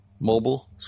mobile